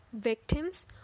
Victims